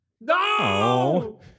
No